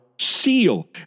seal